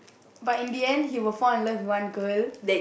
but in the end he will fall in love with one girl